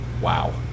Wow